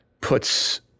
puts